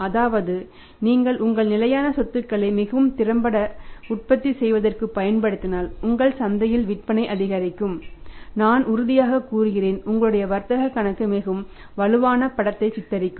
அதாவது நீங்கள் உங்கள் நிலையான சொத்துக்களை மிகவும் திறம்பட உற்பத்தி செய்வதற்கு பயன்படுத்தினால் உங்கள் சந்தையில் விற்பனை அதிகரிக்கும் நான் உறுதியாக கூறுகிறேன் உங்களுடைய வர்த்தக கணக்கு மிகவும் வலுவான படத்தை சித்தரிக்கும்